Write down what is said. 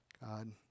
God